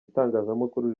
itangazamakuru